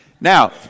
Now